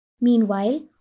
Meanwhile